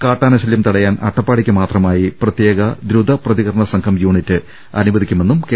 കാട്ടാനശല്യം തടയാൻ അട്ടപ്പാടിക്ക് മാത്രമായി പ്രത്യേക ദ്രുത പ്രതികരണസംഘം യൂണിറ്റ് അനുവദി ക്കുമെന്നും കെ